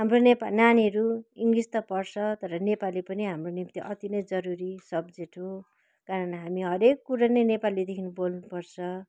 हाम्रो नेपाली नानीहरू इङ्लिस त पढ्छ तर नेपाली पनि हाम्रो निम्ति अति नै जरुरी सब्जेक्ट हो कारण हामी हरेक कुरा नै नेपालीदेखि बोल्नुपर्छ